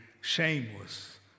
shameless